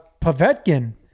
Pavetkin